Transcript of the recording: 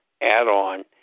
add-on